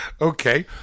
Okay